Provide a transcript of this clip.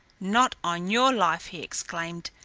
not on your life he exclaimed.